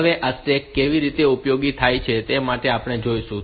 હવે આ સ્ટેક કેવી રીતે ઉપયોગી થઈ શકે છે તે આપણે જોઈશું